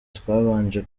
twabanje